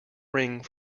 ring